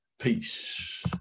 Peace